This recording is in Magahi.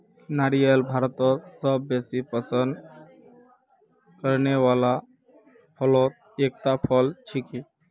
नारियल भारतत सबस बेसी पसंद करने वाला फलत एकता फल छिके